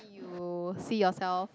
you see yourself